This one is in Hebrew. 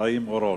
חיים אורון.